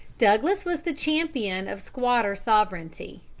douglas was the champion of squatter sovereignty,